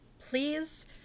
Please